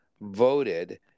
voted